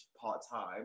part-time